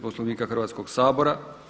Poslovnika Hrvatskog sabora.